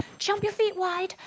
jump your feet wide!